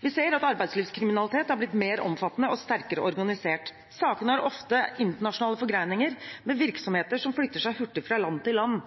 Vi ser at arbeidslivskriminalitet er blitt mer omfattende og sterkere organisert. Sakene har ofte internasjonale forgreininger, med virksomheter som flytter seg hurtig fra land til land.